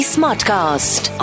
Smartcast